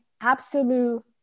absolute